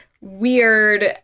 weird